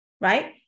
right